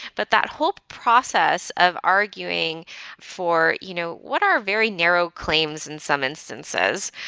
but that whole process of arguing for you know what are very narrow claims in some instances.